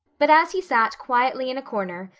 but as he sat quietly in a corner,